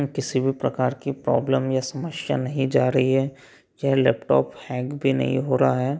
किसी भी प्रकार की प्रॉब्लम या समस्या नहीं जा रही है यह लैपटॉप हैंग भी नहीं हो रहा है